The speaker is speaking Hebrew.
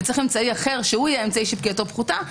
וצריך אמצעי אחר שהוא האמצעי שפקיעתו פחותה,